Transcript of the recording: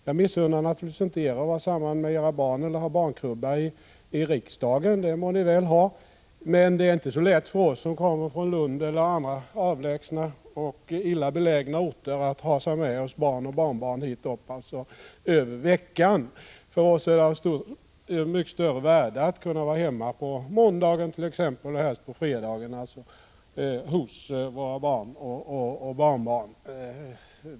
Jag missunnar naturligtvis inte er att vara tillsammans med era barn eller att ha en barnkrubba i riksdagen — det må ni väl ha — men det är inte så lätt för oss som kommer från Lund eller andra avlägsna och illa belägna orter att ta med barn och barnbarn hit upp över veckan. För oss är det av mycket större värde att kunna vara hemma på måndagen och helst också på fredagen hos våra barn och barnbarn.